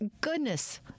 goodness